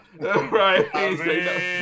right